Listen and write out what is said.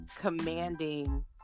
commanding